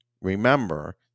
remember